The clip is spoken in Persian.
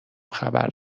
خبر